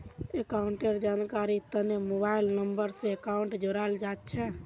अकाउंटेर जानकारीर तने मोबाइल नम्बर स अकाउंटक जोडाल जा छेक